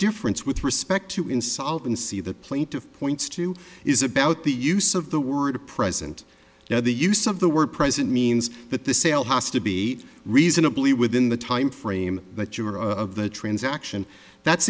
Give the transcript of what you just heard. difference with respect to insolvency that plaintiff points to is about the use of the word present now the use of the word present means that the sale has to be reasonably within the timeframe that you are of the transaction that's